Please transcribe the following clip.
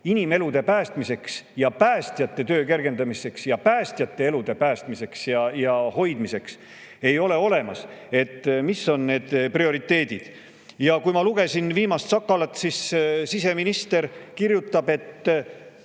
inimelude päästmiseks, päästjate töö kergendamiseks ja päästjate elude päästmiseks ja hoidmiseks ei ole olemas. Mis on prioriteedid? Ma lugesin viimast Sakalat, kus siseminister kirjutas, et